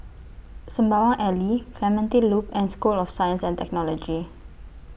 Sembawang Alley Clementi Loop and School of Science and Technology